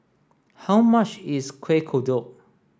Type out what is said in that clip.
how much is Kuih Kodok